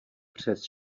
přes